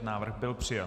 Návrh byl přijat.